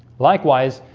likewise,